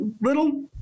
little